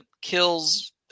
kills